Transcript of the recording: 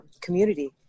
community